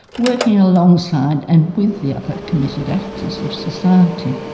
working alongside and with the other committed actors of society.